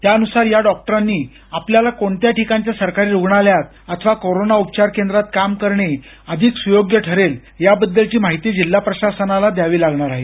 त्यान्सार या डॉक्टरांनी आपल्याला कोणत्या ठिकाणच्या सरकारी रुग्णालयात अथवा कोरोना उपचार केंद्रात काम करणे अधिक स्योग्य ठरेल याबद्दलची माहिती जिल्हा प्रशासनाला द्यावी लागणार आहे